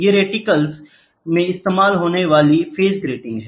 ये रेटिकल्स में इस्तेमाल होने वाली फेज ग्रैटिंग हैं